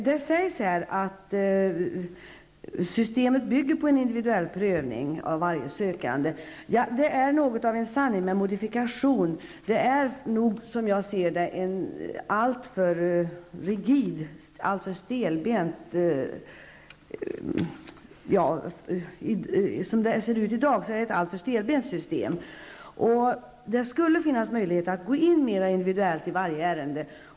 Det sägs i svaret att systemet bygger på en individuell prövning av varje sökande. Men det är en sanning med modifikation. Som jag ser det är systemet i dag alltför stelbent. Det skulle finnas möjligheter att behandla varje ärende mer individuellt.